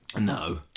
No